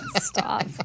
Stop